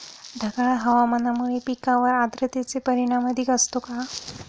ढगाळ हवामानामुळे पिकांवर आर्द्रतेचे परिणाम अधिक असतो का?